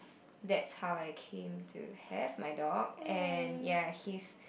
that's how I came to have my dog and ya he's